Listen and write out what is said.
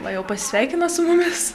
va jau pasisveikina su mumis